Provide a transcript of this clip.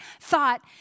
thought